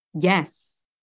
Yes